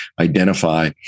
identify